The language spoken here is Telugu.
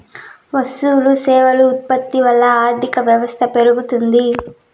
వస్తువులు సేవలు ఉత్పత్తి వల్ల ఆర్థిక వ్యవస్థ మెరుగుపడుతుంది